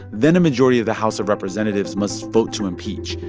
then a majority of the house of representatives must vote to impeach.